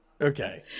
okay